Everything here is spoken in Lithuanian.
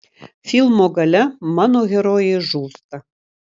filmo gale mano herojė žūsta